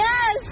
Yes